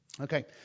Okay